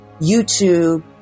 youtube